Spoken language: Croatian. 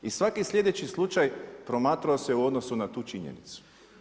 I svaki sljedeći slučaj promatrao se u odnosu na tu činjenicu.